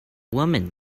woman